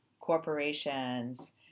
corporations